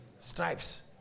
stripes